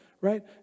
right